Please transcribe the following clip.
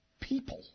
people